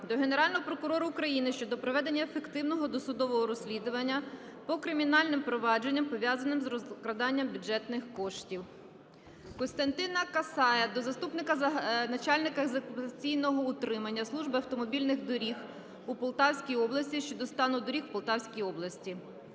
до Генерального прокурора України щодо проведення ефективного досудового розслідування по кримінальним провадженням, пов'язаним з розкраданням бюджетних коштів. Костянтина Касая до Заступника начальника з експлуатаційного утримання Служби автомобільних доріг у Полтавській області щодо стану доріг в Полтавській області.